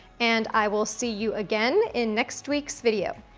and i will see you again, in next week's video.